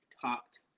talked